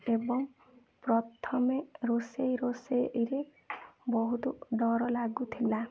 ଏବଂ ପ୍ରଥମେ ରୋଷେଇ ରୋଷେଇରେ ବହୁତ ଡର ଲାଗୁଥିଲା